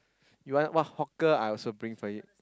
you want what hawker I also bring for you